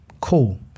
cool